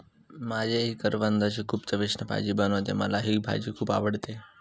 माझी आई करवंदाची खूप चविष्ट भाजी बनवते, मला ही भाजी खुप आवडते